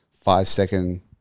five-second